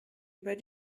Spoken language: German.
über